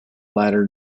latter